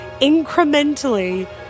incrementally